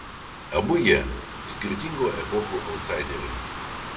abu jie skirtingų epochų autsaideriai